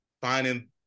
finding